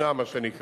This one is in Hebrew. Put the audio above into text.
נאמנה, מה שנקרא,